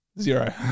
zero